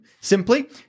simply